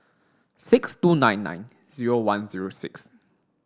six two nine nine zero one zero six